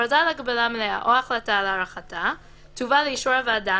הכרזה על הגבלה מלאה או החלטה על הארכתה תובא לאישור הוועדה,